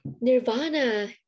Nirvana